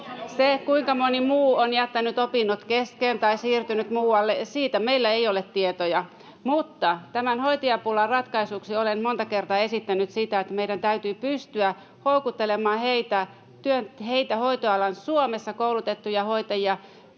kuinka moni muu on jättänyt opinnot kesken tai siirtynyt muualle, meillä ei ole tietoja. Mutta tämän hoitajapulan ratkaisuksi olen monta kertaa esittänyt sitä, että meidän täytyy pystyä houkuttelemaan Suomessa koulutettuja hoitajia,